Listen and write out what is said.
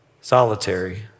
solitary